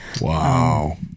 Wow